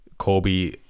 Kobe